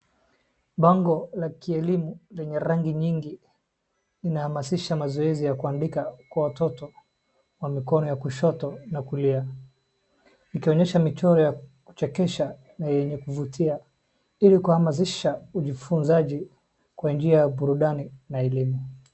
Bango la kielimu lenye rangi nyingi linahamasisha mazoezi ya kuandika kwa watoto wa mikono ya kushoto na kulia, ikionyesha michoro ya kuchekesha na yenye kuvutia ili kuhamasisha ujifunzaji kwa njia ya burudani na elimu.